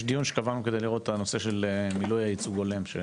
יש דיון שקבענו כדי לראות את נושא מילוי הייצוג ההולם.